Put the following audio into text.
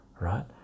Right